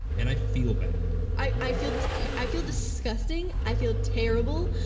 and i feel bad. i feel i feel disgusting, i feel terrible,